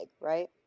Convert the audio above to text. right